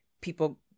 people